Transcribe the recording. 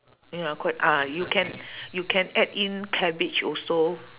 ya quite ah you can you can add in cabbage also